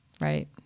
right